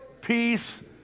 peace